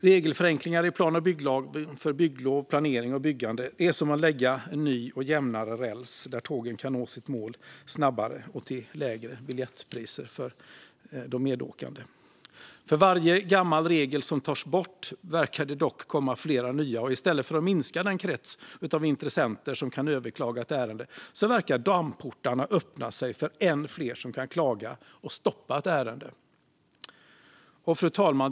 Regelförenklingar i plan och bygglagen för bygglov, planering och byggande är som att lägga en ny och jämnare räls där tågen kan nå sitt mål snabbare och till lägre biljettpriser för de medåkande. För varje gammal regel som tas bort verkar det dock komma flera nya, och i stället för att minska den krets av intressenter som kan överklaga ett ärende verkar dammportarna öppna sig för ännu fler som kan klaga och stoppa ett ärende. Fru talman!